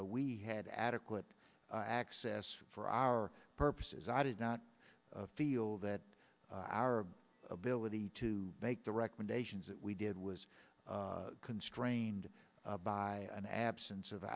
we had adequate access for our purposes i did not feel that our ability to make the recommendations that we did was constrained by an absence of